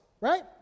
Right